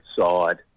side